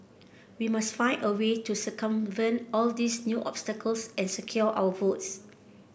we must find a way to circumvent all these new obstacles and secure our votes